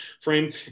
frame